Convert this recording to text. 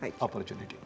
opportunity